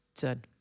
Done